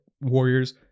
warriors